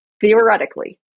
theoretically